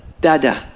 Dada